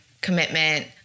commitment